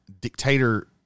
dictator